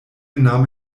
nahm